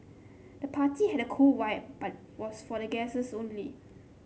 the party had a cool vibe but was for the guests only